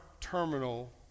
terminal